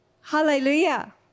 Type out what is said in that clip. Hallelujah